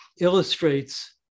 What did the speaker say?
illustrates